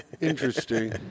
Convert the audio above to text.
Interesting